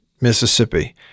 Mississippi